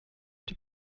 dem